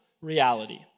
reality